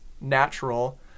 natural